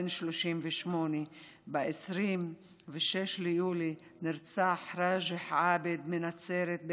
בן 38. ב-26 ביולי נרצח ראג'ח עאבד מנצרת,